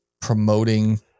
promoting